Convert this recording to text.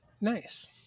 Nice